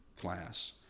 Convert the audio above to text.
class